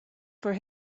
for